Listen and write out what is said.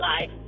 life